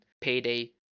Payday